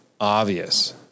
obvious